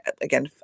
Again